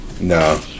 No